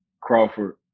Crawford